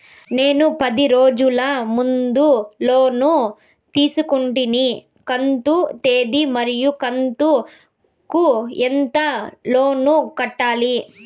నేను పది రోజుల ముందు లోను తీసుకొంటిని కంతు తేది మరియు కంతు కు ఎంత లోను కట్టాలి?